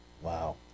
Wow